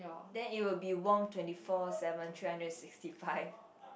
then it will be warm twenty four seven three hundred and sixty five